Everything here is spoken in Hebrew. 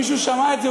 מישהו שמע את זה?